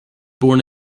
born